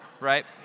Right